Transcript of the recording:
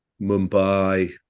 Mumbai